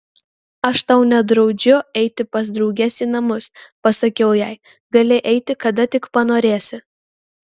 aš tau nedraudžiu eiti pas drauges į namus pasakiau jai gali eiti kada tik panorėsi